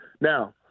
Now